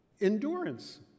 endurance